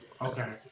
Okay